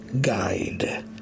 guide